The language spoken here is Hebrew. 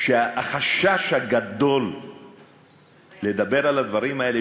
החשש הגדול לדבר על הדברים האלה,